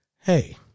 Hey